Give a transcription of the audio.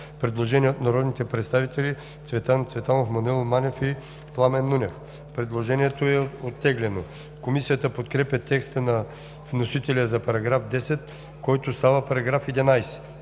предложение от народните представители Цветан Цветанов, Маноил Манев и Пламен Нунев. Предложението е оттеглено. Комисията подкрепя текста на вносителя за § 10, който става § 11.